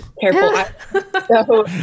careful